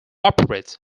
operates